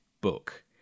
book